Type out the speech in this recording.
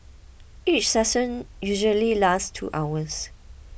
each session usually lasts two hours